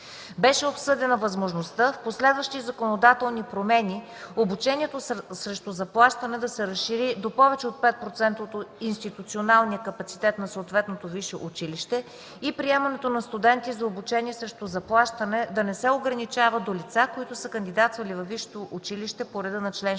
Беше обсъдена възможността в последващи законодателни промени обучението срещу заплащане да се разшири до повече от 5% от институционалния капацитет на съответното висше училище и приемането на студенти за обучение срещу заплащане да не се ограничава до лица, които са кандидатствали във висшето училище по реда на чл. 68, участвали